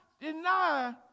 deny